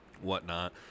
whatnot